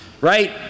right